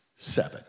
Seven